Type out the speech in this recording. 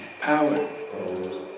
Power